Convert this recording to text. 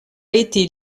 été